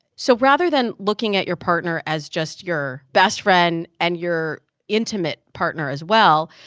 so rather than looking at your partner as just your best friend and your intimate partner, as well,